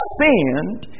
sinned